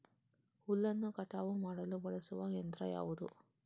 ಹುಲ್ಲನ್ನು ಕಟಾವು ಮಾಡಲು ಬಳಸುವ ಯಂತ್ರ ಯಾವುದು?